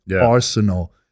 Arsenal